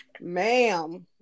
Ma'am